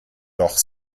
doch